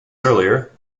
earlier